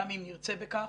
גם אם נרצה בכך.